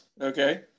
Okay